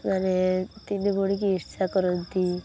ମାନେ ତିନି ଭଉଣୀ କି ଈର୍ଷା କରନ୍ତି